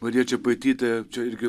marija čepaitytė čia irgi